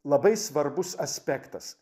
labai svarbus aspektas